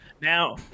Now